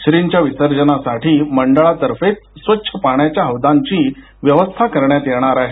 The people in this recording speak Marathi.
श्रींच्या विसर्जनासाठी मंडळांतर्फेच स्वच्छ पाण्याच्या हौदांची व्यवस्था करण्यात येणार आहे